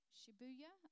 Shibuya